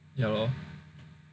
ya lor